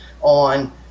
on